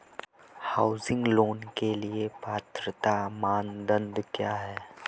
Housing loan के लिए पात्रता मानदंड क्या हैं?